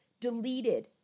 deleted